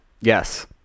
Yes